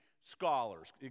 scholars